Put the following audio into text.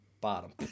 bottom